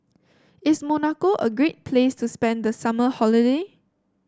is Monaco a great place to spend the summer holiday